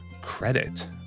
credit